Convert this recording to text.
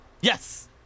Yes